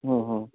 হুম হুম